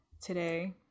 today